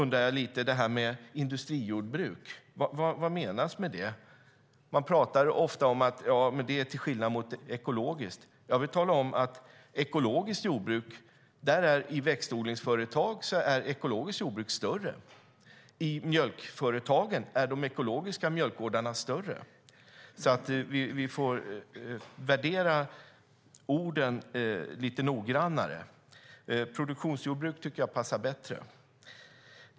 När det gäller industrijordbruk undrar jag vad som menas med det. Man pratar ofta om att det skiljer sig från ekologiskt, men då vill jag tala om att i växtodlingsföretag är ekologiskt jordbruk större, och när det gäller mjölkföretagen är de ekologiska mjölkgårdarna större. Vi får alltså värdera orden lite noggrannare. Jag tycker att produktionsjordbruk passar bättre.